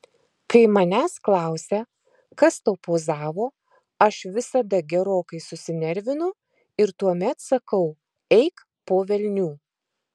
kai manęs klausia kas tau pozavo aš visada gerokai susinervinu ir tuomet sakau eik po velnių